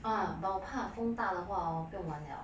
ah but 我怕风大的话 hor 不用玩了